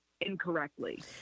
incorrectly